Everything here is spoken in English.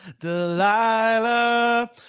delilah